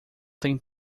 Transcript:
tem